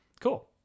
Cool